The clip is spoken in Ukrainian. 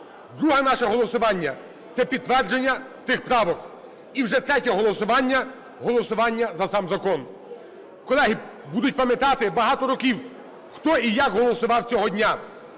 Друге наше голосування – це підтвердження тих правок. І вже третє голосування – голосування за сам закон. Колеги, будуть пам'ятати багато років, хто і як голосував цього дня.